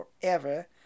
forever